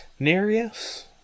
Nereus